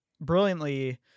brilliantly